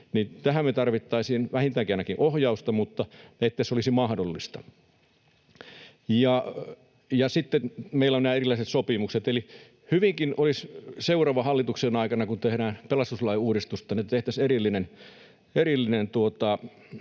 Tähän me tarvittaisiin vähintäänkin ohjausta, että se olisi mahdollista. Meillä on nämä erilaiset sopimukset, eli hyvinkin voisi seuraavan hallituksen aikana, kun tehdään pelastuslain uudistusta, olla niin, että tehtäisiin erillinen